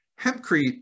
hempcrete